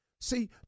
See